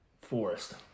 forest